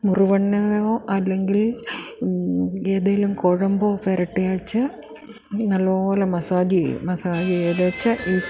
മുറുവെണ്ണയോ അല്ലെങ്കിൽ ഏതെങ്കിലും കുഴമ്പോ പുരട്ടിയേച്ചു നല്ല പോലെ മസാജ് ചെയ്യും മസാജ് ചെയ്യുമ്പോഴേക്ക് ഈ